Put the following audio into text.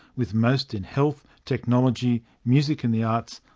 with most in health, technology, music and the arts,